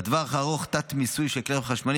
בטווח הארוך תת-מיסוי של כלי רכב חשמליים